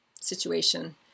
situation